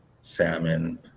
salmon